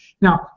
Now